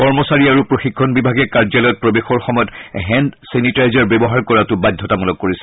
কৰ্মচাৰী আৰু প্ৰশিক্ষণ বিভাগে কাৰ্য্যালয়ত প্ৰৱেশৰ সময়ত হেণ্ড ছেনিটাইজাৰ ব্যৱহাৰ কৰাটো ব্যধ্যতামূলক কৰিছে